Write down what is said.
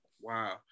Wow